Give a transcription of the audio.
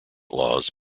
laws